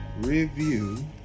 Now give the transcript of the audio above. review